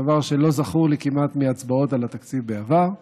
דבר שלא זכור לי כמעט מהצבעות על התקציב בעבר,